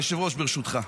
היושב-ראש, ברשותך.